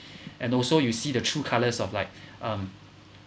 and also you see the true colours of like um